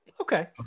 Okay